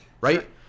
Right